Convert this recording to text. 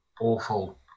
awful